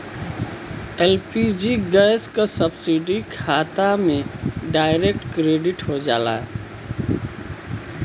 LPG gas क subsidy खाता में डायरेक्ट क्रेडिट हो जाला